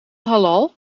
halal